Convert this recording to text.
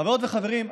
חברות וחברים,